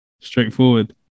straightforward